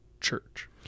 church